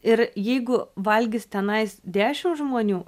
ir jeigu valgys tenais dešimt žmonių